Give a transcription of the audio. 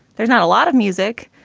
there's not a lot of music,